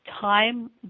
time